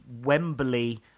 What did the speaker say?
Wembley